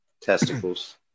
Testicles